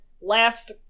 last